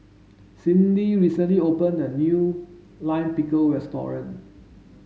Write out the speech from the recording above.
Cindy recently opened a new Lime Pickle restaurant